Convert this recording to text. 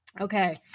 Okay